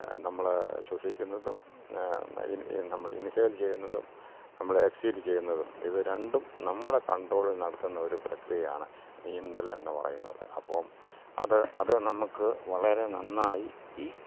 നമ്മൾ ശ്വസിക്കുന്നതും നമ്മൾ ഇൻഹെയിൽ ചെയ്യുന്നതും നമ്മൾ എക്സ്ഹെയിൽ ചെയ്യുന്നതും ഇത് രണ്ടും നമ്മുടെ കൺട്രോളിൽ നടത്തുന്ന ഒരു പ്രക്രിയയാണ് നീന്തൽ എന്നു പറയുന്നത് അപ്പം അത് അത് നമുക്ക് വളരെ നന്നായി ഈ